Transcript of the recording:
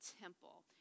temple